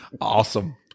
Awesome